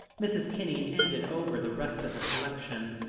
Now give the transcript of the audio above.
mrs. kinney handed over the rest of the collection.